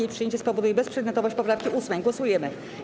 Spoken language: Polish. Jej przyjęcie spowoduje bezprzedmiotowość poprawki 8. Głosujemy.